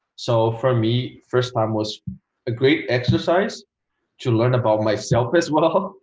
so for me first time was a great exercise to learn about myself as well